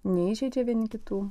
neįžeidžia vieni kitų